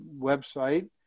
website